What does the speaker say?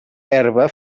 herba